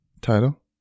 Title